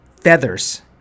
feathers